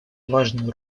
важную